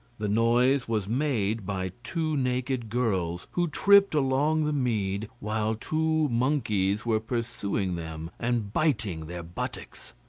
the noise was made by two naked girls, who tripped along the mead, while two monkeys were pursuing them and biting their buttocks.